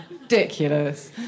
ridiculous